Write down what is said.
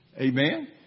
Amen